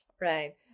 right